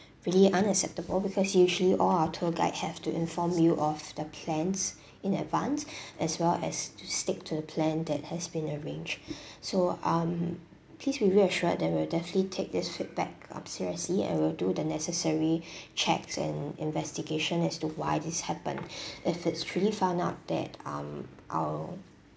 really unacceptable because usually all our tour guide have to inform you of the plans in advance as well as to stick to the plan that has been arranged so um please be reassured that we will definitely take this feedback up seriously and we will do the necessary checks and investigation as to why this happened if it's truly found out that um our